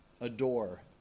adore